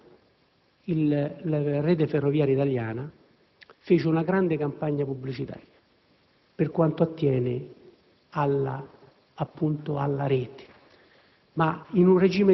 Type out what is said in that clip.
all'estero - la Rete ferroviaria italiana ha fatto una grande campagna pubblicitaria per quanto attiene alla rete.